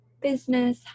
business